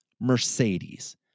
Mercedes